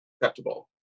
acceptable